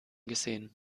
gesehen